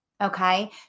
okay